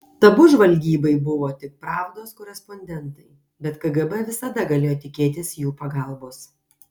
tabu žvalgybai buvo tik pravdos korespondentai bet kgb visada galėjo tikėtis jų pagalbos